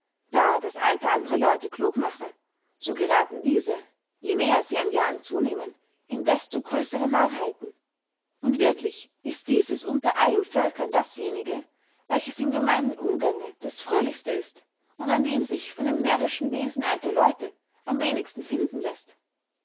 da das alter andere leute klug mache so gerathen diese je mehr sie an jahren zunehmen in desto größere narrheiten und wirklich ist dieses unter allen völkern dasjenige welches im gemeinen umgange das fröhlichste ist und an dem sich von dem närrischen wesen alter leute am wenigsten finden läßt